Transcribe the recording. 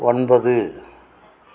ஒன்பது